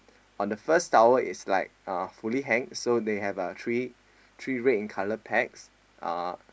on the first towel is like uh fully hang so they have uh three three red in colour pegs uh